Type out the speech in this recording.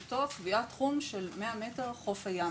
הוא אותו קביעת תחום של 100 מטר חוף הים.